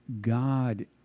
God